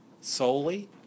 solely